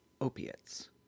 opiates